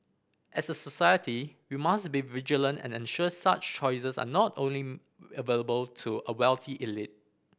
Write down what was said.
as a society we must be vigilant and ensure such choices are not only available to a wealthy elite